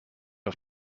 auf